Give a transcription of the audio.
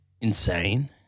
insane